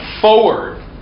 forward